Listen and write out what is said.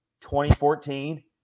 2014